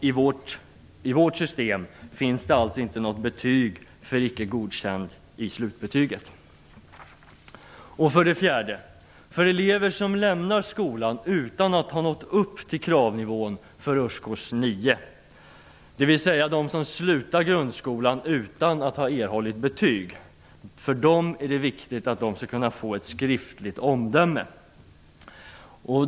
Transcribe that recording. I vårt system finns det alltså i slutbetyget inte något betyg för icke godkänd. För det fjärde är det viktigt för de elever som lämnar skolan utan att ha nått upp till kravnivån för årskurs 9, dvs. de som slutar grundskolan utan att har erhållit betyg, att de skall kunna få ett skriftligt omdöme.